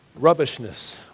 Rubbishness